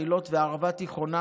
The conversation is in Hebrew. אילות וערבה תיכונה,